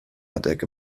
adeg